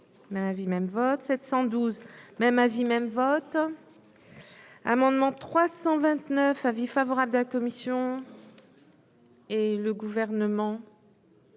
la vie même votre 712 même avis même votre amendement 329 avis favorable de la commission. Et le gouvernement.